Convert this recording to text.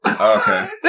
Okay